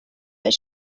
but